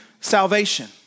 salvation